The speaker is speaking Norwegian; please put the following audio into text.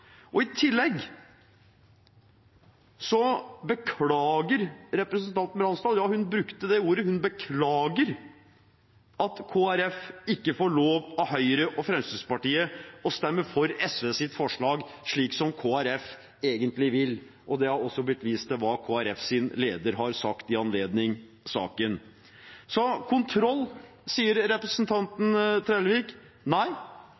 og i tillegg beklager representanten Bransdal – ja, hun brukte det ordet, hun beklager – at Kristelig Folkeparti ikke får lov av Høyre og Fremskrittspartiet å stemme for SVs forslag, slik som Kristelig Folkeparti egentlig vil. Det har også blitt vist til hva Kristelig Folkepartis leder har sagt i anledning saken. Kontroll, sier representanten Trellevik. Nei,